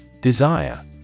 Desire